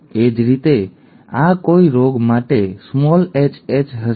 એ જ રીતે આ કોઈ રોગ માટે hh હશે